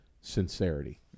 sincerity